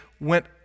went